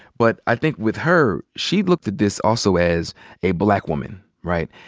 but i think with her, she looked at this also as a black woman, right?